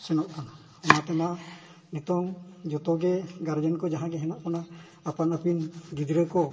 ᱥᱮᱱᱚᱜ ᱠᱟᱱᱟ ᱚᱱᱟᱛᱮᱢᱟ ᱱᱤᱛᱚᱜ ᱡᱚᱛᱚᱜᱮ ᱜᱟᱨᱡᱮᱱ ᱠᱚ ᱡᱟᱦᱟᱸᱜᱮ ᱦᱮᱱᱟᱜ ᱵᱚᱱᱟ ᱟᱯᱟᱱᱼᱟᱹᱯᱤᱱ ᱜᱤᱫᱽᱨᱟᱹ ᱠᱚ